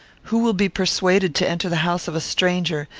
who will be persuaded to enter the house of a stranger,